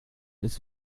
ist